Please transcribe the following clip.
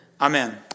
Amen